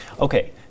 Okay